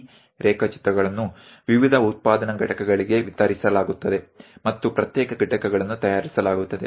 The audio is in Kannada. ಈ ರೇಖಾಚಿತ್ರಗಳನ್ನು ವಿವಿಧ ಉತ್ಪಾದನಾ ಘಟಕಗಳಿಗೆ ವಿತರಿಸಲಾಗುತ್ತದೆ ಮತ್ತು ಪ್ರತ್ಯೇಕ ಘಟಕಗಳನ್ನು ತಯಾರಿಸಲಾಗುತ್ತದೆ